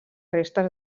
restes